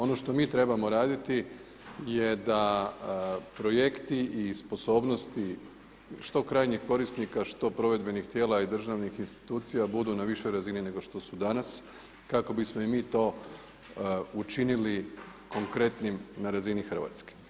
Ono što mi trebamo raditi je da projekti i sposobnosti što krajnjih korisnika, što provedbenih tijela i državnih institucija budu na višoj razini nego što su danas kako bismo i mi to učinili konkretnim na razini Hrvatske.